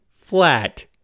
flat